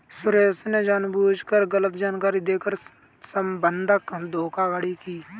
सुरेश ने जानबूझकर गलत जानकारी देकर बंधक धोखाधड़ी की